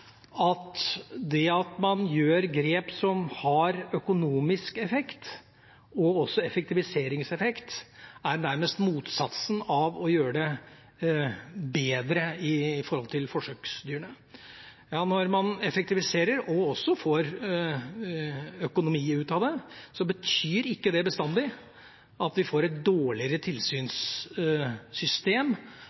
at det at man gjør grep som har økonomisk effekt og også effektiviseringseffekt, nærmest er det motsatte av å gjøre det bedre for forsøksdyrene. Når man effektiviserer og også får økonomi ut av det, betyr ikke det bestandig at vi får et dårligere tilsynssystem